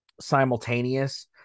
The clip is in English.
simultaneous